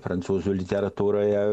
prancūzų literatūroje